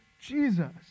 Jesus